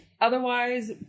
Otherwise